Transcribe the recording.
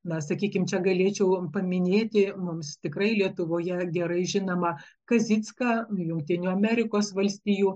na sakykim čia galėčiau paminėti mums tikrai lietuvoje gerai žinomą kazicką jungtinių amerikos valstijų